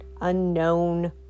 unknown